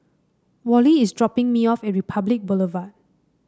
Wally is dropping me off at Republic Boulevard